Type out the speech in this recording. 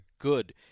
good